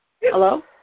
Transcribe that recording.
Hello